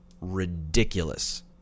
ridiculous